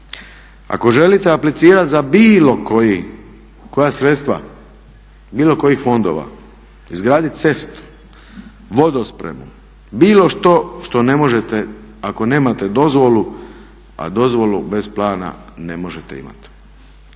Ako želite aplicirati za bilo koja sredstva bilo kojih fondova, izgraditi cestu, vodospremu, bilo što što ne možete ako nemate dozvolu a dozvolu bez plana ne možete imati.